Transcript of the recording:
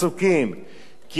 כי ה' אלוהיך